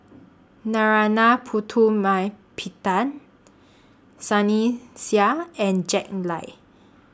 Narana Putumaippittan Sunny Sia and Jack Lai